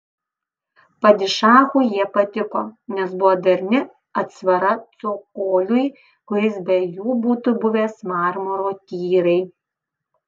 padišachui jie patiko nes buvo darni atsvara cokoliui kuris be jų būtų buvęs marmuro tyrai